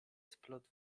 splot